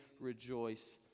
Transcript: Rejoice